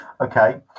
Okay